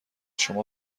شما